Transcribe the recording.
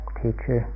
teacher